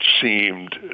seemed